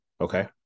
Okay